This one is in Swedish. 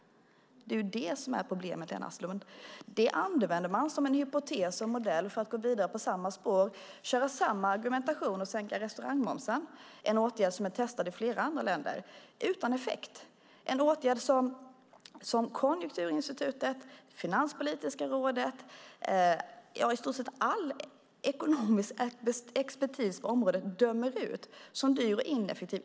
Det är det som är problemet, Lena Asplund. Detta använder man som en hypotes och en modell för att gå vidare på samma spår, köra samma argumentation, och sänka restaurangmomsen. Det är en åtgärd som är testad i flera andra länder - utan effekt. Det är en åtgärd som Konjunkturinstitutet, Finanspolitiska rådet och i stort sett all ekonomisk expertis på området dömer ut som dyr och ineffektiv.